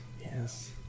Yes